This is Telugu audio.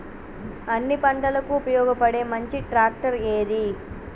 అన్ని పంటలకు ఉపయోగపడే మంచి ట్రాక్టర్ ఏది?